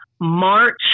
March